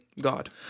God